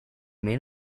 mean